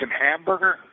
hamburger